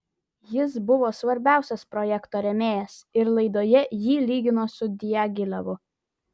jis buvo svarbiausias projekto rėmėjas ir laidoje jį lygino su diagilevu